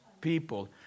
people